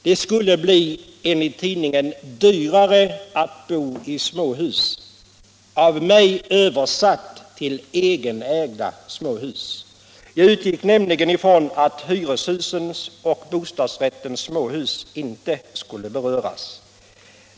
Det skulle bli dyrare att bo i småhus — av mig översatt till egenägda småhus. Jag utgick nämligen ifrån att hyreshusen och bostadsrättens småhus inte berördes.